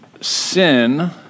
sin